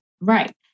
right